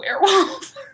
werewolf